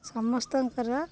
ସମସ୍ତଙ୍କର